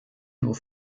nur